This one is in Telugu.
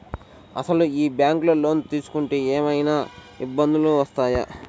అసలు ఈ బ్యాంక్లో లోన్ తీసుకుంటే ఏమయినా ఇబ్బందులు వస్తాయా?